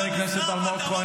-- הכול, הכול.